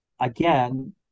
again